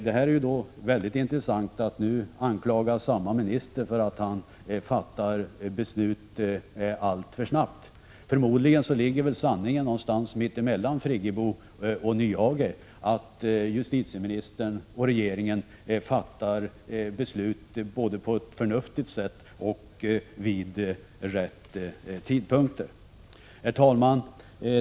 Det är mycket intressant att man nu anklagar samme minister för att han fattar beslut alltför snabbt. Förmodligen ligger sanningen någonstans mitt emellan Friggebos och Nyhages uppfattningar — justitieministern och regeringen fattar beslut både på ett förnuftigt sätt och vid rätt tidpunkt. Herr talman!